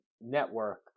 network